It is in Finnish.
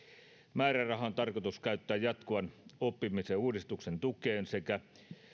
määräraha on tarkoitus käyttää jatkuvan oppimisen uudistuksen tukeen sekä